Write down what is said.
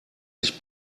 sich